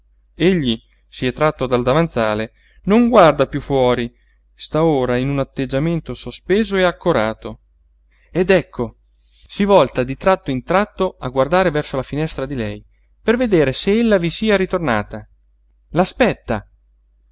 egli si è tratto dal davanzale non guarda piú fuori sta ora in un atteggiamento sospeso e accorato ed ecco si volta di tratto in tratto a guardare verso la finestra di lei per vedere se ella vi sia ritornata